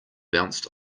bounced